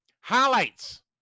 highlights